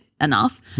enough